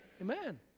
Amen